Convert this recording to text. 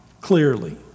clearly